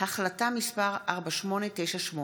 החלטה מס' 4898,